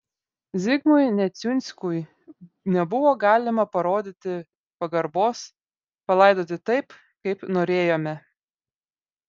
zigmui neciunskui nebuvo galima parodyti pagarbos palaidoti taip kaip norėjome